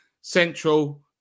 central